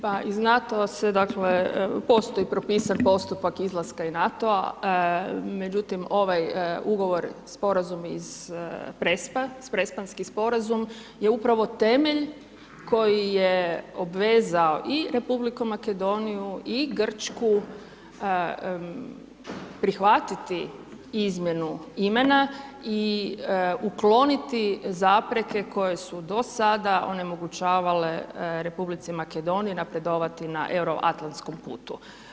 Pa iz NATO-a se, dakle, postoji propisan postupak izlaska iz NATO-a, međutim ovaj ugovor, sporazuma Prespa, Prespanski sporazum je upravo temelj koji je obvezao i R. Makedoniju i Grčku prihvatiti izmjenu imena i ukloniti zapreke koje su do sada onemogućavale R. Makedoniji napredovati na euroatlantskom putu.